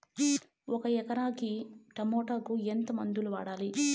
ఒక ఎకరాకి టమోటా కు ఎంత మందులు వాడాలి?